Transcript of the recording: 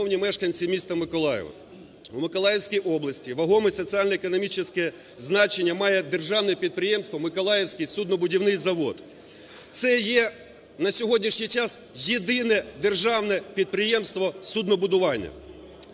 депутати! Шановні мешканці міста Миколаєва! В Миколаївській області вагоме соціально-економічне значення має державне підприємство "Миколаївський суднобудівний завод". Це є на сьогоднішній час єдине державне підприємство суднобудування,